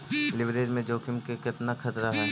Leverage में जोखिम के केतना खतरा हइ?